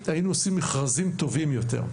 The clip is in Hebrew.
היינו עושים מכרזים טובים יותר,